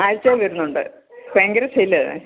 വരുന്നുണ്ട് ഭയങ്കര സെയിൽ അല്ലേ